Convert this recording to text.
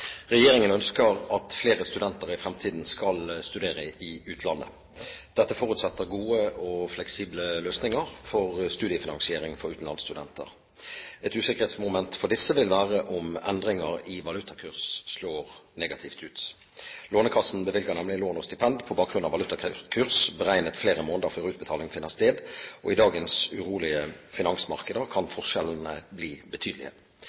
fleksible ordninger for studiefinansiering for utenlandsstudenter. Et usikkerhetsmoment for disse vil være om endringer i valutakurs slår negativt ut. Lånekassen bevilger nemlig lån og stipend på bakgrunn av valutakurs beregnet flere måneder før utbetaling finner sted, og i dagens urolige finansmarkeder kan forskjellene bli betydelige.